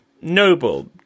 noble